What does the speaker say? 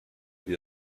wie